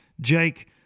Jake